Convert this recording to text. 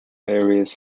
areas